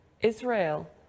Israel